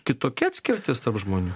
kitokia atskirtis tarp žmonių